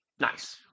Nice